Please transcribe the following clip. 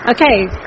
Okay